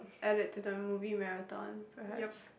add it to the movie marathon perhaps